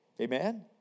Amen